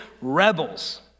rebels